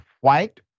white